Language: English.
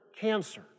cancer